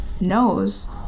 knows